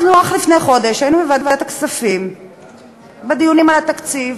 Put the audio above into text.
אנחנו רק לפני חודש היינו בוועדת הכספים בדיונים על התקציב,